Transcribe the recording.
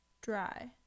dry